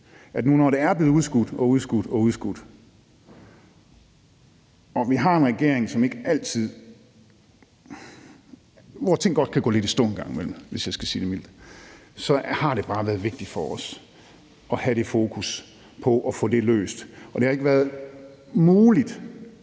Når nu det er blevet udskudt og udskudt og det er sådan, at ting godt kan gå lidt i stå en gang imellem, hvis jeg skal sige det mildt, så har det bare været vigtigt for os at have det fokus på at få det løst. Det har ikke været muligt